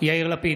יאיר לפיד,